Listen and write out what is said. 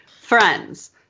Friends